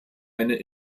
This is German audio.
eine